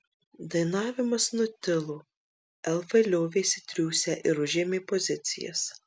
dainavimas nutilo elfai liovėsi triūsę ir užėmė pozicijas